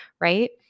right